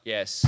Yes